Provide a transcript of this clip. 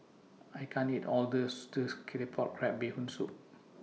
I can't eat All of This Claypot Crab Bee Hoon Soup